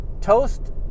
toast